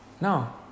No